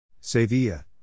Sevilla